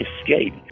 escape